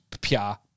Pia